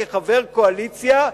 כחבר קואליציה,